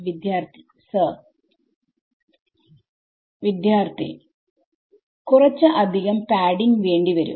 വിദ്യാർത്ഥി സർ വിദ്യാർത്ഥി കുറച്ച് അധികം പാഡിങ് വേണ്ടിവരും